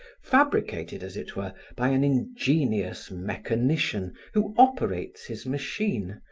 fabricated, as it were, by an ingenious mechanician who operates his machine,